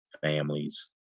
families